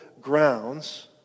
grounds